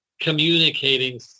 communicating